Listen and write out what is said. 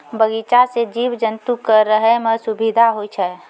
बगीचा सें जीव जंतु क रहै म सुबिधा होय छै